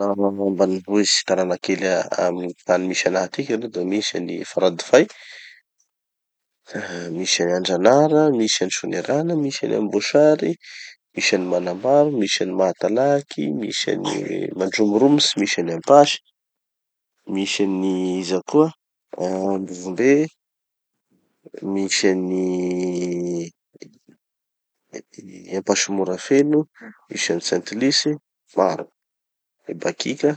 ah ambanivotsy tanàna kely ah amy tany misy anaha atiky aloha da misy an'i faradofay, ah misy an'i andranara, misy an'i soanierana, misy an'i amboasary, misy an'i manambaro, misy an'i mahatalaky, misy an'i mandromoromotsy, misy an'i ampasy, misy an'i iza koa, ambovombe, misy an'i ampasy morafeno, misy an'i sainte luce, maro, ebakika.